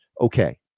okay